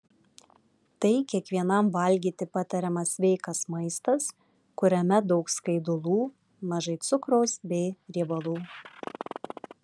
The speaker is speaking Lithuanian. tai kiekvienam valgyti patariamas sveikas maistas kuriame daug skaidulų mažai cukraus bei riebalų